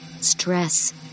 Stress